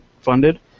funded